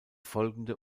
folgende